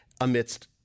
amidst